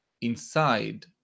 inside